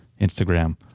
Instagram